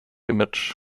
image